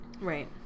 Right